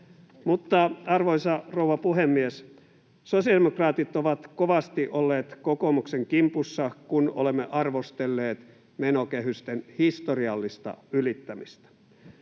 Arvoisa rouva puhemies! Sosiaalidemokraatit ovat kovasti olleet kokoomuksen kimpussa, kun olemme arvostelleet menokehysten historiallista ylittämistä.